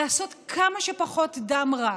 לעשות כמה שפחות דם רע.